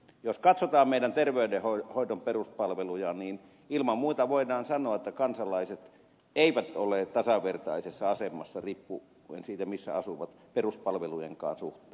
jos katsotaan meidän terveydenhoitomme peruspalveluja niin ilman muuta voidaan sanoa että kansalaiset eivät ole tasavertaisessa asemassa riippuen siitä missä asuvat peruspalvelujenkaan suhteen